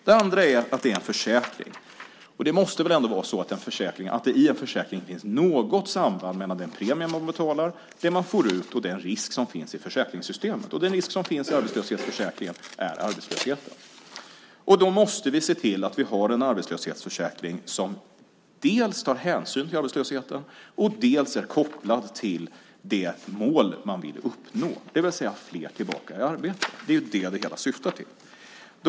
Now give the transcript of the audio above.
Det andra är att det är en försäkring. Det måste väl ändå vara så att det i en försäkring finns något samband mellan den premie man betalar, det man får ut och den risk som finns i försäkringssystemet. Den risk som finns i arbetslöshetsförsäkringen är arbetslösheten. Vi måste se till att vi har en arbetslöshetsförsäkring som dels tar hänsyn till arbetslösheten, dels är kopplad till det mål man vill uppnå, det vill säga fler tillbaka i arbete. Det är vad det hela syftar till.